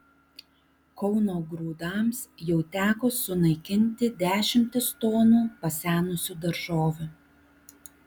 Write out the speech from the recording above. kauno grūdams jau teko sunaikinti dešimtis tonų pasenusių daržovių